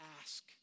ask